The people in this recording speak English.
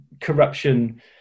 corruption